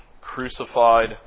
crucified